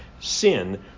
sin